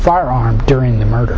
firearm during the murder